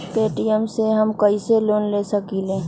Paytm से हम कईसे लोन ले सकीले?